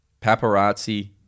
Paparazzi